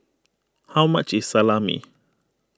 how much is Salami